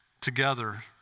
together